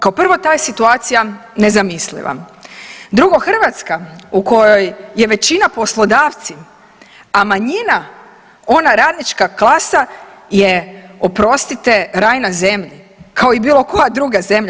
Kao prvo ta je situacija nezamisliva, drugo, Hrvatska u kojoj većina poslodavci, a manjina ona radnička klasa je oprostite, raj na zemlji kao i bilo koja druga zemlja.